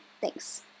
thanks